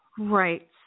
Right